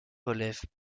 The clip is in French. relèvent